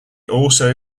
also